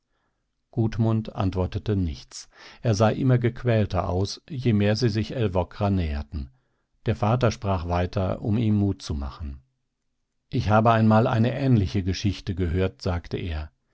gudmund antwortete nichts er sah immer gequälter aus je mehr sie sich älvkra näherten der vater sprach weiter um ihm mut zu machen ich habe einmal eine ähnliche geschichte gehört sagte er